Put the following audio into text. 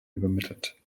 übermittelt